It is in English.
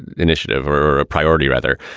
initiative or a priority, rather?